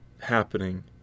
happening